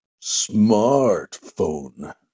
smartphone